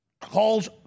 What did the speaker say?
Calls